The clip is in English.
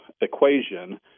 equation